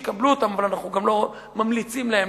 אבל אנחנו גם לא ממליצים להיות,